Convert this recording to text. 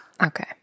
Okay